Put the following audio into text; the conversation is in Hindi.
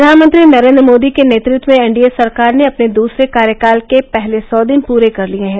प्रधानमंत्री नरेन्द्र मोदी के नेतत्व में एन डी ए सरकार ने अपने दसरे कार्यकाल के पहले सौ दिन पुरे कर लिये हैं